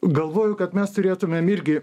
galvoju kad mes turėtumėm irgi